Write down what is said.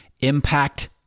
impact